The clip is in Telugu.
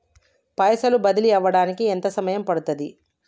పైసలు బదిలీ అవడానికి ఎంత సమయం పడుతది?